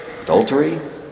adultery